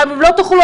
גם אם לא תוכלו,